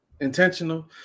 intentional